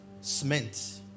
cement